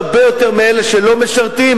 הרבה יותר מלאלה שלא משרתים,